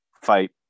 fight